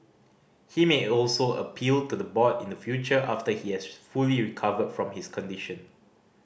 he may also appeal to the board in the future after he has fully recovered from his condition